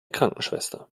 krankenschwester